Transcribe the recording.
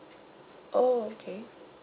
oh okay